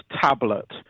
Tablet